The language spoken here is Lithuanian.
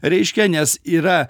reiškia nes yra